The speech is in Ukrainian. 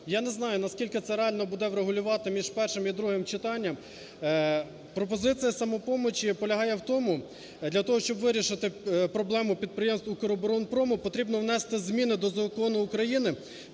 я не знаю, наскільки це реально буде врегулювати між першим і другим читанням, пропозиція "Самопомочі" полягає в тому, для того, щоб вирішити проблему підприємств "Укроборонпрому", потрібно внести зміни до Закону України